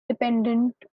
dependent